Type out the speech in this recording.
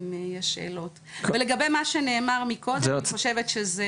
אם יש שאלות ולגבי מה שנאמר מקודם אני חושבת שזה